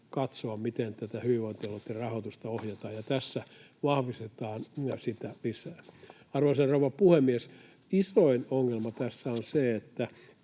katsoa, miten hyvinvointialueitten rahoitusta ohjataan, ja tässä vahvistetaan sitä lisää. Arvoisa rouva puhemies! Isoin ongelma tässä on se,